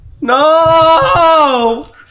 No